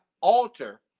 alter